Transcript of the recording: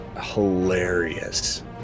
hilarious